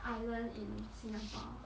island in singapore